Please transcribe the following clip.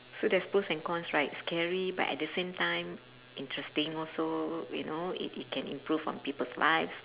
so there's pros and cons right scary but at the same time interesting also you know it it can improve on people's life